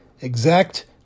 exact